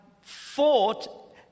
fought